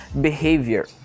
behavior